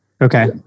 Okay